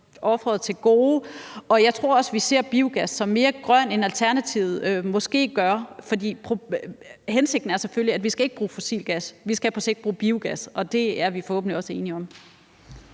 Jeg tror også, vi ser biogas som mere grøn, end Alternativet måske gør, for hensigten er selvfølgelig, at vi ikke skal bruge fossil gas. Vi skal på sigt bruge biogas, og det er vi forhåbentlig også enige om.